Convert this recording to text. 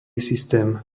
systém